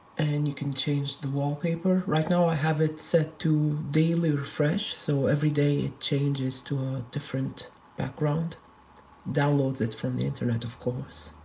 and you can change the wallpaper. right now i have it set to daily refresh, so every day it changes to a different background. it downloads it from the internet, of course.